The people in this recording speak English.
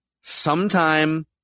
sometime